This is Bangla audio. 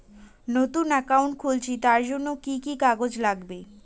নতুন অ্যাকাউন্ট খুলছি তার জন্য কি কি কাগজ লাগবে?